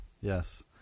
Yes